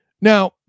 Now